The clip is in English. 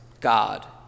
God